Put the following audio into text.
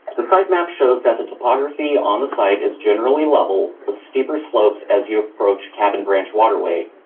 the site map shows that the topography on the site is generally level with steeper slopes as you approach kevin branch waterway,